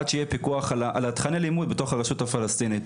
עד שיהיה פיקוח על תכני הלימוד בתוך הרשות הפלסטינית.